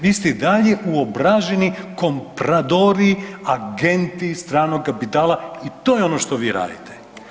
Vi ste i dalje uobraženi kompradori agenti stranog kapitala i to je ono što vi radite.